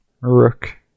Rook